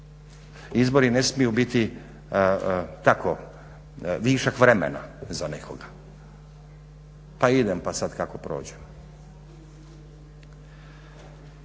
izbori ne smiju biti tako višak vremena za nekoga pa idem pa sad kako prođem.